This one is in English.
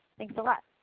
thanks a lot.